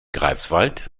greifswald